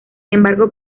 embargo